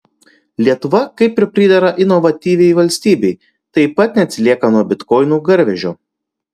lietuva kaip ir pridera inovatyviai valstybei taip pat neatsilieka nuo bitkoinų garvežio